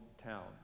town